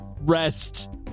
rest